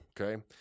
okay